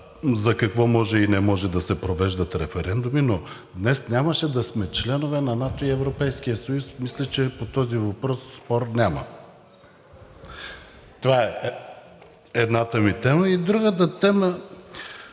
за какво не може по закон да се провеждат референдуми, днес нямаше да сме член на НАТО и Европейския съюз. Мисля, че по този въпрос спор няма. Това е едната ми тема. Другата тема.